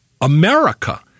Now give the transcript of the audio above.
America